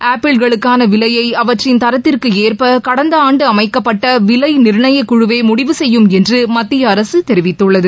ஆப்பிள்களுக்கான விலையை அவற்றின் தரத்திற்கு ஏற்ப கடந்த ஆண்டு அமைக்கப்பட்ட விலை நிர்ணயக் குழுவே முடிவு செய்யும் என்று மத்திய அரசு தெரிவித்துள்ளது